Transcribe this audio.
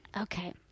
Okay